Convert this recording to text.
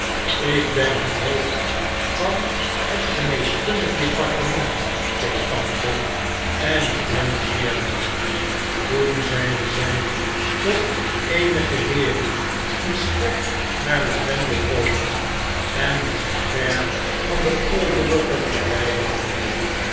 jk ben het hoofd van het geneeskundig departement peettante en ik ben zeer wel toen zeide zy tot eenige heeren die sterk naar lavendel roken en die zich ver van de overigen verwyderd hielden